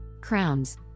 Crowns